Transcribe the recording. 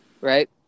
right